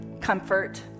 comfort